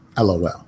LOL